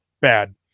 bad